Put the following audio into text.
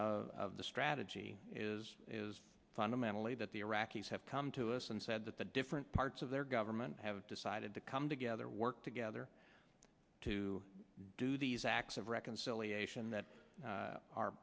of the strategy is is fundamentally that the iraqis have come to us and said that the different parts of their government have decided to come together work together to do these acts of reconciliation that